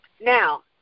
Now